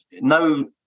no